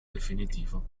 definitivo